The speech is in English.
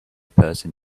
person